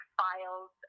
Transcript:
files